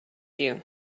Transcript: you